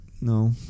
No